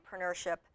entrepreneurship